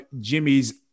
Jimmy's